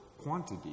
quantity